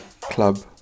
club